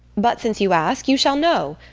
but since you ask, you shall know.